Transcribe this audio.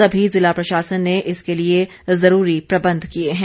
सभी ज़िला प्रशासनों ने इसके लिए जरूरी प्रबंध किए हैं